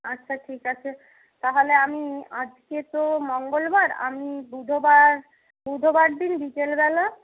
আচ্ছা ঠিক আছে তাহলে আমি আজকে তো মঙ্গলবার আমি বুধবার বুধবার দিন বিকেলবেলা